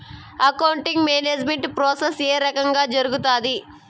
accounting management process ఏ రకంగా జరుగుతాది